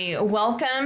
Welcome